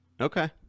Okay